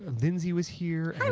lindsay was here.